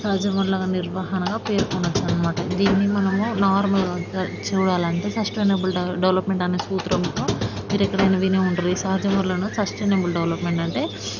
సహజ వనరుల నిర్వహణగా పేర్కొనచ్చు అనమాట దీన్ని మనము నార్మల్గా చూడాలంటే సస్టైనబుల్ డెవలప్మెంట్ అనే సూత్రంతో మీరెక్కడైనా వినే ఉంటారు ఈ సహజ వనరులనేవి సస్టైనబుల్ డెవలప్మెంట్ అంటే